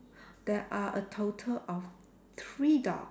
there are a total of three dog